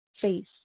face